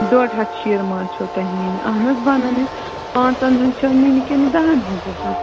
ڈۄڈ ہَتھ شیٖر مال چھُو تۄہہِ نِنہِ اہن حظ بنن پانٛژن ہٕنٛز چھُو نِنہِ کِنہٕ دہن ہِنٛزٕ حظ